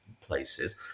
places